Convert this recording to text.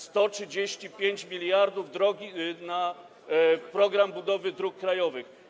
135 mld na program budowy dróg krajowych.